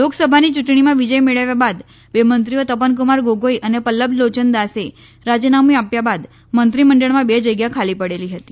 લોકસભાની ચુંટણીમાં વિજય મેળવ્યા બાદ બે મંત્રીઓ તપનકુમાર ગોગોઇ અને પલ્લબ લોચન દાસે રાજીનામું આપ્યા બાદ મંત્રી મંડળમાં બે જગ્યા ખાલી પડેલી હતી